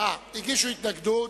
הגישו התנגדות,